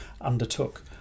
undertook